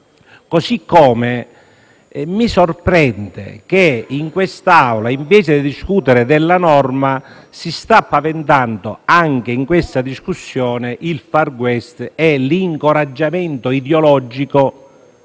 modo, mi sorprende che in questa Aula, invece di discutere della norma, si stia paventando, anche in questa discussione, il *far west* e l'incoraggiamento ideologico